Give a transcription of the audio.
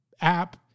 app